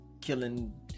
killing